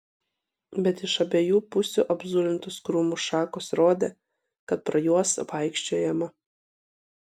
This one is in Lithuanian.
bet iš abiejų pusių apzulintos krūmų šakos rodė kad pro juos vaikščiojama